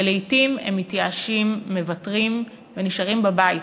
ולעתים הם מתייאשים, מוותרים ונשארים בבית.